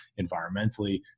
environmentally